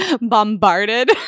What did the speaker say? bombarded